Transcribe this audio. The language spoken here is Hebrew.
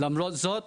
ולמרות זאת